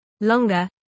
longer